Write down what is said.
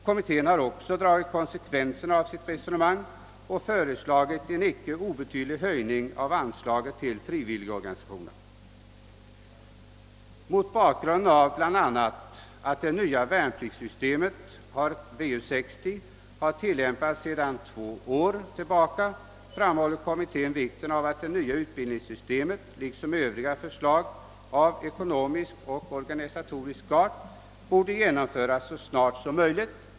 Kommittén har också dragit konsekvenserna av sitt resonemang och föreslagit en icke obetydlig höjning av anslaget till frivilligorganisationerna. Mot bakgrunden av bl.a. att det nya värnpliktssystemet VU 60 har tillämpats sedan över två år tillbaka framhåller kommittén vikten av att det nya utbildningssystemet liksom övriga förslag av ekonomisk och organisatorisk art genomföres så snart som möjligt.